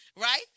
right